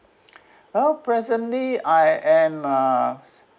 well presently I am uh